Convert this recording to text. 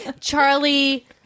Charlie